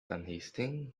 unhasting